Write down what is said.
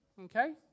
Okay